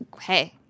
Hey